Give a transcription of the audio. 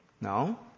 No